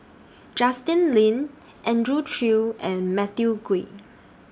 Justin Lean Andrew Chew and Matthew Ngui